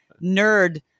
nerd